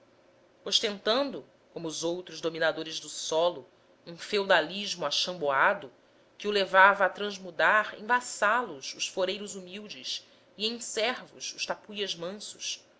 curibocas ostentando como os outros dominadores do solo um feudalismo achamboado que o levava a transmudar em vassalos os foreiros humildes e em servos os tapuias mansos